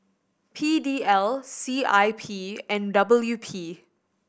P D L C I P and W P